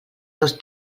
dos